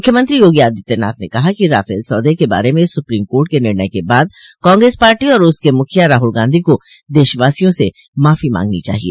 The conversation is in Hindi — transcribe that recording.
मुख्यमंत्री योगी आदित्यनाथ ने कहा है कि राफेल सौदे के बारे में सुप्रीम कोर्ट के निर्णय के बाद कांग्रेस पार्टी और उसके मुखिया राहुल गांधी को देशवासियों से माफी मांगनी चाहिए